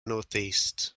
northeast